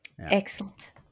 Excellent